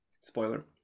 Spoiler